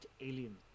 Alien